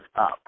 up